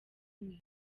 umwe